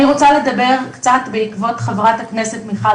אני רוצה לדבר קצת בעקבות חברת הכנסת מיכל